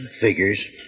Figures